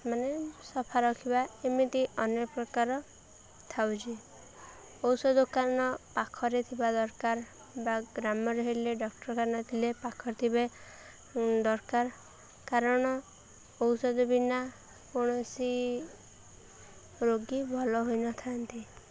ମାନେ ସଫା ରଖିବା ଏମିତି ଅନେକ ପ୍ରକାର ଥାଉଚି ଔଷଧ ଦୋକାନ ପାଖରେ ଥିବା ଦରକାର ବା ଗ୍ରାମରେ ହେଲେ ଡାକ୍ତରଖାନା ଥିଲେ ପାଖରେ ଥିବେ ଦରକାର କାରଣ ଔଷଧ ବିନା କୌଣସି ରୋଗୀ ଭଲ ହୋଇନଥାନ୍ତି